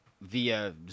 via